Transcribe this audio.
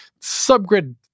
Subgrid